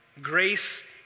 grace